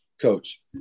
Coach